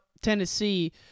Tennessee